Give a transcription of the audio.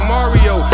Mario